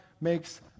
makes